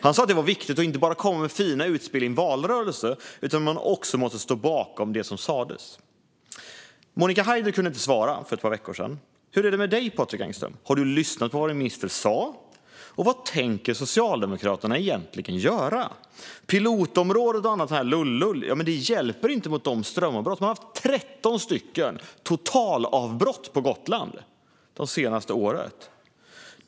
Han sa att det var viktigt att inte bara komma med fina utspel i en valrörelse utan att man också måste stå bakom det som sas. Monica Haider kunde alltså inte svara för ett par veckor sedan. Hur är det med dig, Patrik Engström? Har du lyssnat på vad ministern sa? Och vad tänker Socialdemokraterna egentligen göra? Pilotområden och annat lullull hjälper inte mot strömavbrotten. Man har haft 13 totalavbrott på Gotland det senaste året.